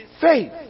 faith